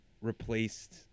replaced